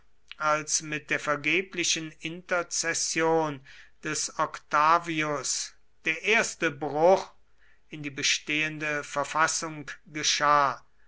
als mit der vergeblichen interzession des octavius der erste bruch in die bestehende verfassung geschah